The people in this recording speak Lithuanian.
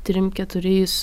trim keturiais